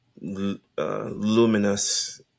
Luminous